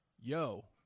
Yo